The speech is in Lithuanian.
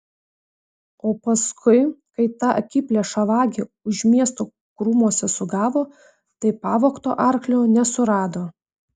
o paskui kai tą akiplėšą vagį už miesto krūmuose sugavo tai pavogto arklio nesurado